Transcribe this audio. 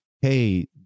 Hey